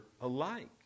alike